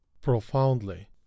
Profoundly